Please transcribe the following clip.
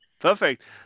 Perfect